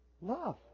Love